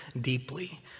deeply